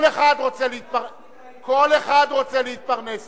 כל אחד רוצה להתפרנס פה,